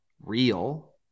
real